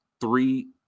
three